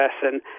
person